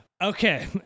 Okay